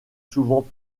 souvent